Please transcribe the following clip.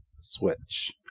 Switch